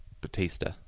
Batista